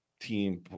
team